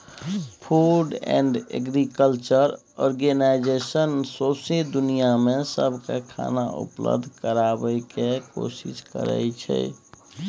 food and Agriculture Organization सौंसै दुनियाँ मे सबकेँ खाना उपलब्ध कराबय केर कोशिश करइ छै